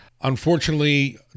Unfortunately